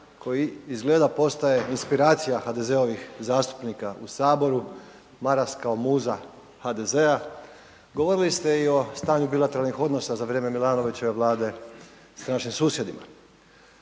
koji izgleda postaje inspiracija HDZ-ovih zastupnika u Saboru, Maras kao muza HDZ-a. Govorili ste i o stanju bilateralnih odnosa za vrijeme Milanovićeve Vlade, s našim susjedima.